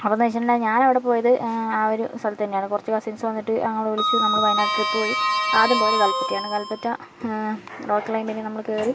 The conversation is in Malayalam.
അതെന്ന് വെച്ചിട്ടുണ്ടെങ്കിൽ ഞാനവിടെ പോയത് ആ ഒരു സ്ഥലത്ത് തന്നെയാണ് കുറച്ച് കസിൻസ് വന്നിട്ട് ഞങ്ങളെ വിളിച്ചു നമ്മള് വയനാട് ട്രിപ്പ് പോയി ആദ്യം പോയത് കൽപ്പറ്റയാണ് കൽപ്പറ്റ റോപ്പ് ക്ലൈമ്പിന് നമ്മള് കയറി